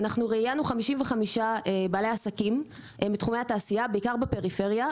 ראיינו 55 בעלי עסקים מתחומי התעשייה בעיקר בפריפריה,